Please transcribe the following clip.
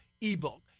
ebook